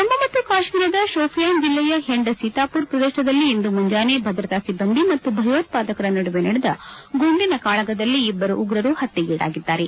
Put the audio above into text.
ಜಮ್ನು ಮತ್ತು ಕಾಶ್ಮೀರದ ಶೋಪಿಯಾನ್ ಜಿಲ್ಲೆಯ ಹೆಂಡ್ ಸಿತಾಪೋರ್ ಪ್ರದೇಶದಲ್ಲಿ ಇಂದು ಮುಂಜಾನೆ ಭದ್ರತಾ ಸಿಬ್ಲಂದಿ ಮತ್ತು ಭಯೋತ್ವಾದಕರ ನಡುವೆ ನಡೆದ ಗುಂಡಿನ ಕಾಳಗದಲ್ಲಿ ಇಬ್ಬರು ಉಗ್ರರು ಹತ್ತೆಗೀಡಾಗಿದ್ದಾರೆ